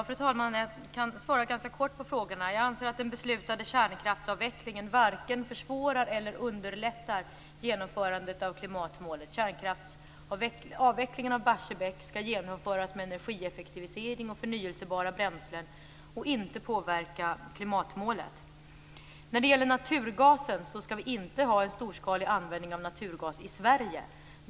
Fru talman! Jag kan svara ganska kort på frågorna. Jag anser att den beslutade kärnkraftsavvecklingen varken försvårar eller underlättar genomförandet av klimatmålet. Avvecklingen av Barsebäck skall genomföras med energieffektivisering och förnyelsebara bränslen och inte påverka klimatmålet. Vi skall inte ha en storskalig användning av naturgaser i Sverige.